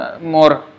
more